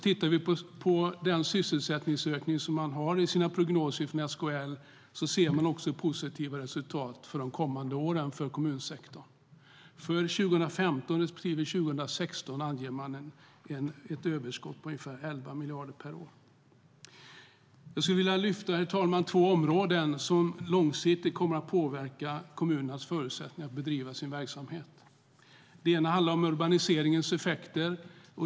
Tittar vi på den sysselsättningsökning som SKL har i sina prognoser ser vi också positiva resultat för de kommande åren i kommunsektorn. För 2015 respektive 2016 anger man ett överskott på ungefär 11 miljarder per år. Herr talman! Jag skulle vilja lyfta två områden som långsiktigt kommer att påverka kommunernas förutsättningar att bedriva sin verksamhet. Det ena handlar om urbaniseringens effekter.